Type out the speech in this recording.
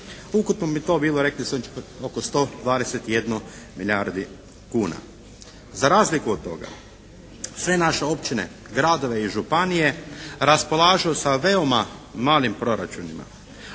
se ne razumije./ … oko 121 milijardi kuna. Za razliku od toga sve naše općine, gradovi i županije raspolažu sa veoma malim proračunima.